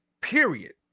period